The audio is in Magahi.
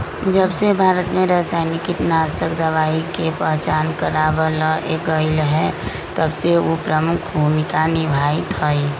जबसे भारत में रसायनिक कीटनाशक दवाई के पहचान करावल गएल है तबसे उ प्रमुख भूमिका निभाई थई